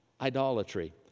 idolatry